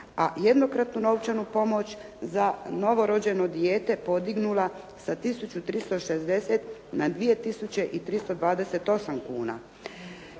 a jednokratnu novčanu pomoć za novorođeno dijete podignula sa 1360 na 2328 kuna.